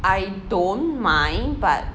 I don't mind but